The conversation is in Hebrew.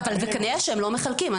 כנראה שהם לא מחלקים.